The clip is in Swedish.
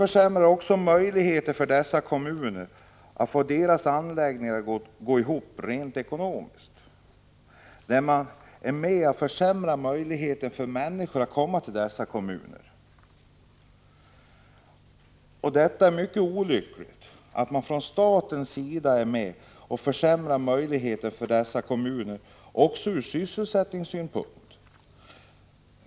Dessa kommuners möjligheter att få sina anläggningar att gå ihop rent ekonomiskt försämras genom att möjligheten för människor att ta sig dit försämras. Det är mycket olyckligt att man från statens sida är med och försämrar för dessa kommuner, som även drabbas ur sysselsättningssynpunkt.